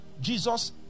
jesus